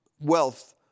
wealth